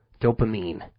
Dopamine